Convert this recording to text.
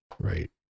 right